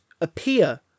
appear